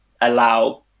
allow